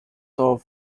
for